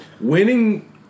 winning